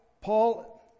Paul